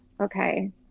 Okay